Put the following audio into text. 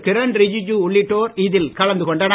கிரண் ரிஜிஜு உள்ளிட்டோர் இதில் கலந்து கொண்டனர்